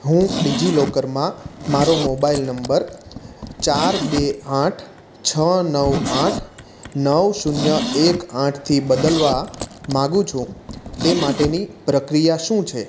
હું ડિજિલોકરમાં મારો મોબાઈલ નંબર ચાર બે આઠ છ નવ આઠ નવ શૂન્ય એક આઠથી બદલવા માંગુ છું તે માટેની પ્રક્રિયા શું છે